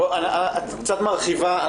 את קצת מרחיבה.